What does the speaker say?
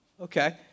Okay